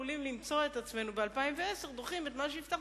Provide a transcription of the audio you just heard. מצבור של מהלכים שאין להם דבר וחצי דבר עם התקציב.